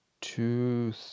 two